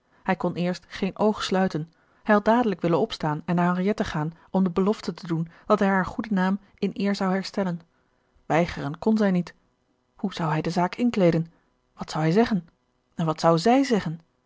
hij kon eerst geen oog sluiten hij had dadelijk willen opstaan en naar henriette gaan om de belofte te doen dat hij haar goeden naam in eer zou herstellen weigeren kon zij niet hoe zou hij de zaak inkleeden wat zou hij zeggen en wat zou zij zeggen